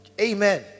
amen